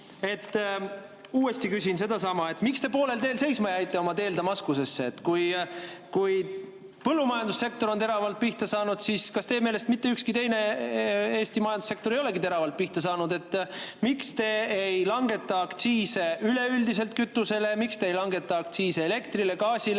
Uuesti küsin sedasama: miks te poolel teel seisma jäite oma teel Damaskusesse? Kui põllumajandussektor on teravalt pihta saanud, siis kas teie meelest mitte ükski teine Eesti majandussektor ei olegi teravalt pihta saanud? Miks te ei langeta aktsiise üleüldiselt kütusel ja miks te ei langeta aktsiise elektril ja gaasil?